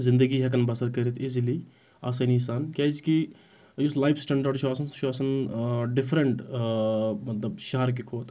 زِندَگی ہؠکَان بَسَر کٔرِتھ اِیٖزِلی آسٲنی سان کیازکہِ یُس لایِف سٕٹنٛڈاڈ چھُ آسَان سُہ چھُ آسَان ڈِفرنٛٹ مطلب شہرکہِ کھۄتہٕ